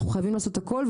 אנחנו חייבים לעשות הכול.